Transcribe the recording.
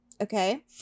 Okay